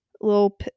little